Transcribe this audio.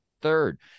third